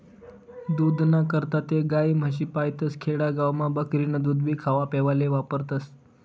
दूधना करता ते गायी, म्हशी पायतस, खेडा गावमा बकरीनं दूधभी खावापेवाले वापरतस